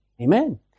Amen